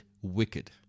wicked